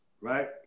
right